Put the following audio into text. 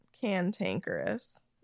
cantankerous